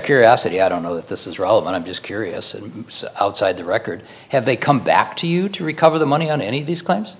curiosity i don't know that this is relevant i'm just curious the record have they come back to you to recover the money on any of these claims